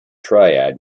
triad